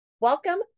Welcome